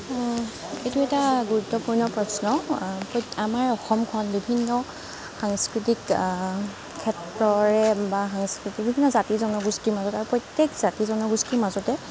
এইটো এটা গুৰুত্বপূৰ্ণ প্ৰশ্ন আমাৰ অসমখন বিভিন্ন সাংস্কৃতিক ক্ষেত্ৰৰে বা সাংস্কৃতিক জাতি জনগোষ্ঠীৰ মাজত আৰু প্ৰত্যেক জাতি জনগোষ্ঠীৰ মাজতে